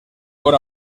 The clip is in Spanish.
con